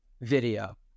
Video